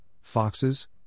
foxes